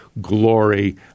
glory